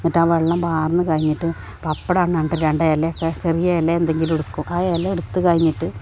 എന്നിട്ട് ആ വെള്ളം വാർന്നു കഴിഞ്ഞിട്ടു പപ്പടം ആണെന്നു പറഞ്ഞിട്ട് രണ്ടേലൊക്കെ ചെറിയ ഇല എന്തെങ്കിലുമെടുക്കും ആ ഇല എടുത്തു കഴിഞ്ഞിട്ട്